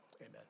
amen